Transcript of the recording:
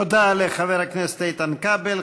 תודה לחבר הכנסת איתן כבל.